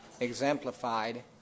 exemplified